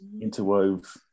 interwove